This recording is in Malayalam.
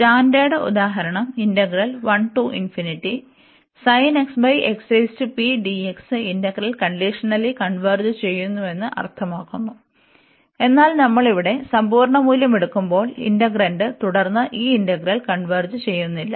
സ്റ്റാൻഡേർഡ് ഉദാഹരണം ഇന്റഗ്രൽ കണ്ടിഷണലി കൺവെർജ് ചെയ്യുന്നുവെന്ന് അർത്ഥമാക്കുന്നു എന്നാൽ നമ്മൾ ഇവിടെ സമ്പൂർണ്ണ മൂല്യം എടുക്കുമ്പോൾ ഇന്റഗ്രന്റ് തുടർന്ന് ഈ ഇന്റഗ്രൽ കൺവെർജ് ചെയ്യുന്നില്ല